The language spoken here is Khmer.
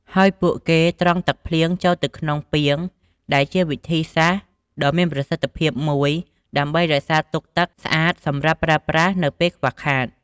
ហើយពួកគេត្រងទឹកភ្លៀងចូលទៅក្នុងពាង ដែលជាវិធីសាស្ត្រដ៏មានប្រសិទ្ធភាពមួយ ដើម្បីរក្សាទុកទឹកស្អាតសម្រាប់ប្រើប្រាស់នៅពេលខ្វះខាត។